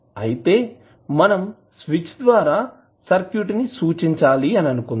అయితే మనం స్విచ్ ద్వారా సర్క్యూట్ ని సూచించాలి అని అనుకుందాం